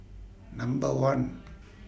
Number one